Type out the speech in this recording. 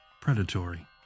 predatory